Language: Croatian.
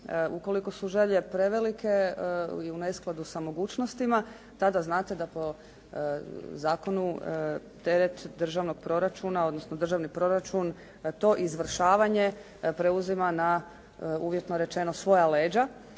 Ukoliko su želje prevelike i u neskladu sa mogućnosti tada znate da po zakonu teret državnog proračuna odnosno državni proračun to izvršavanje preuzima na, uvjetno rečeno svoja leđa.